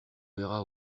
verra